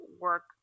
work